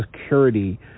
security